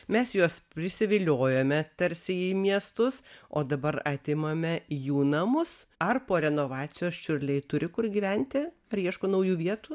mes juos prisiviliojome tarsi į miestus o dabar atimame jų namus ar po renovacijos čiurliai turi kur gyventi ar ieško naujų vietų